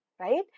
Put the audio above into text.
Right